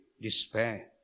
despair